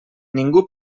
ningú